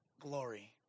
glory